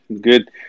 Good